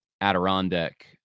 Adirondack